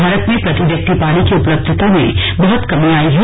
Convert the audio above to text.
भारत में प्रति व्यक्ति पानी की उपलब्धता में बहुत कमी आई है